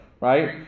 Right